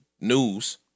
news